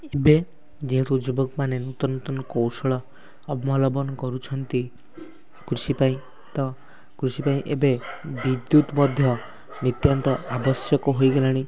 ଏବେ ଯେହେତୁ ଯୁବକମାନେ ନୂତନ ନୂତନ କୌଶଳ ଅବଲମ୍ୱନ କରୁଛନ୍ତି କୃଷି ପାଇଁ ତ କୃଷି ପାଇଁ ଏବେ ବିଦ୍ୟୁତ୍ ମଧ୍ୟ ନିତାନ୍ତ ଆବଶ୍ୟକ ହୋଇଗଲାଣି